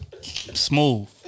Smooth